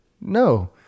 no